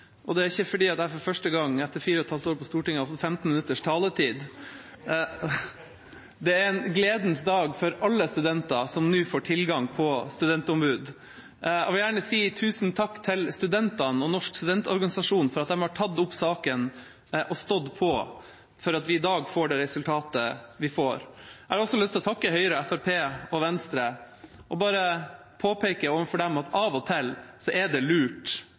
det er ikke fordi jeg for første gang etter fire og et halvt år på Stortinget har fått 15 minutters taletid. Det er en gledens dag for alle studenter som nå får tilgang til studentombud. Jeg vil gjerne si tusen takk til studentene og Norsk studentorganisasjon for at de har tatt opp saken og stått på, slik at vi i dag får det resultatet vi får. Jeg har også lyst til å takke Høyre, Fremskrittspartiet og Venstre og bare påpeke overfor dem at av og til er det lurt